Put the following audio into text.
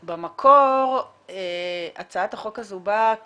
במקור, הצעת החוק הזו באה